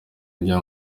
ajya